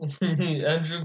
Andrew